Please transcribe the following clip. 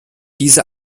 diese